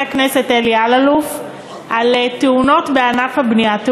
הכנסת אלי אלאלוף על תאונות בענף הבנייה,